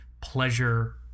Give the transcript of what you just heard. pleasure